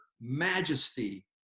majesty